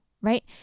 right